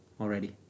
already